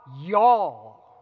y'all